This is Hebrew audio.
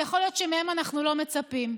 יכול להיות שמהם אנחנו לא מצפים,